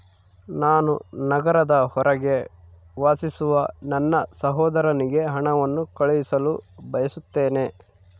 ನಾನು ನಗರದ ಹೊರಗೆ ವಾಸಿಸುವ ನನ್ನ ಸಹೋದರನಿಗೆ ಹಣವನ್ನು ಕಳುಹಿಸಲು ಬಯಸುತ್ತೇನೆ